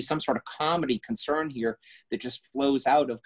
be some sort of comedy concern here that just flows out of